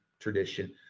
tradition